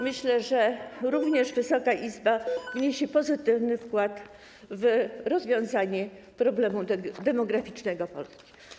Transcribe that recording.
Myślę, że również Wysoka Izba wniesie pozytywny wkład w rozwiązanie problemu demograficznego Polski.